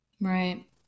Right